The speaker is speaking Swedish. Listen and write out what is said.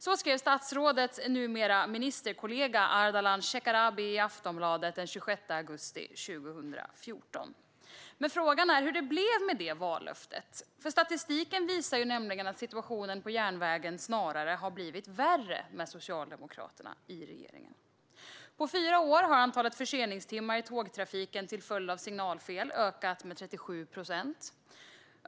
Så skrev statsrådets nuvarande ministerkollega Ardalan Shekarabi i Aftonbladet den 26 augusti 2014. Frågan är hur det blev med det vallöftet. Statistiken visar nämligen att situationen på järnvägen snarare har blivit värre med Socialdemokraterna i regeringen. På fyra år har antalet förseningstimmar i tågtrafiken till följd av signalfel ökat med 37 procent.